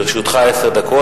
לרשותך עשר דקות.